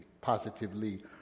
positively